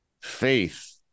faith